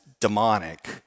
demonic